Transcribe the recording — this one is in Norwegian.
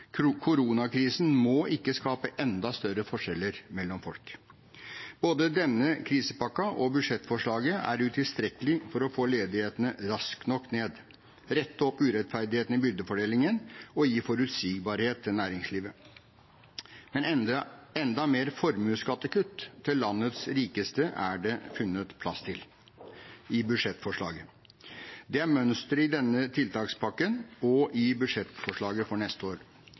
Koronakrisen må ikke skape enda større forskjeller mellom folk. Både denne krisepakken og budsjettforslaget er utilstrekkelig for å få ledigheten raskt nok ned, rette opp urettferdigheten i byrdefordelingen og gi forutsigbarhet til næringslivet. Men enda mer formuesskattekutt til landets rikeste er det funnet plass til i budsjettforslaget. Det er mønsteret i denne tiltakspakken og i budsjettforslaget for neste år.